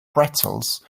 pretzels